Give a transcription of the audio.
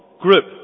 group